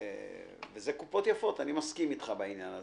אלה קופות יפות, אני מסכים אתך בעניין הזה.